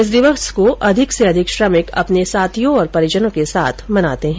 इस दिवस को अधिक से अधिक श्रमिक अपने साथियों और परिजनों के साथ मनाते है